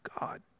God